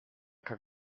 kann